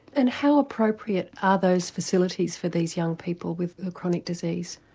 and how appropriate are those facilities for these young people with a chronic disease?